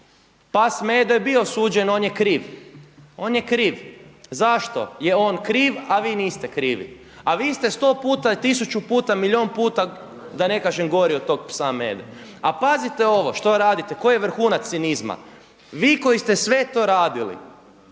pas Medo je bio osuđen on je kriv. Zašto je on kriv, a vi niste krivi? A vi ste sto puta, tisuću puta, milijun puta da ne kažem gori od tog psa Mede. A pazite ovo što radite koji je vrhunac cinizma, vi koji ste sve to radili,